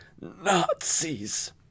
Nazis